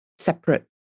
separate